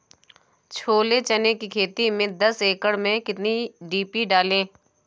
छोले चने की खेती में दस एकड़ में कितनी डी.पी डालें?